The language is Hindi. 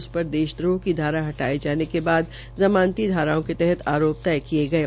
उस पर देशद्राक्ष की धारा हटाये जाने के बाद जमानती धाराओं के तहत आराप्र तय किये गये